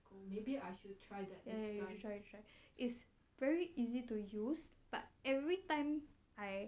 ya ya ya you should try you should try it's very easy to used but every time I